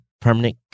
permanent